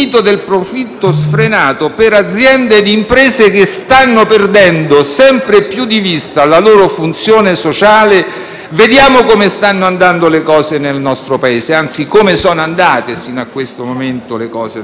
funzione sociale, vediamo come stanno andando le cose nel nostro Paese (anzi, come sono andate sino a questo momento), dove questa competizione sleale, che abbisogna sempre più di abbattimenti di costi,